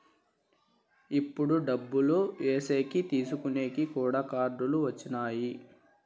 ఇప్పుడు డబ్బులు ఏసేకి తీసుకునేకి కూడా కార్డులు వచ్చినాయి